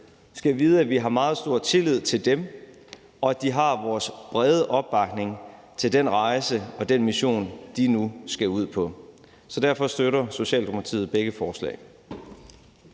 skal vide, at vi har meget stor tillid til dem, og at de har vores brede opbakning til den rejse og den mission, de nu skal ud på. Derfor støtter Socialdemokratiet begge forslag.